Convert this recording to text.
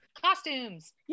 costumes